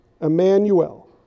Emmanuel